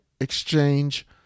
exchange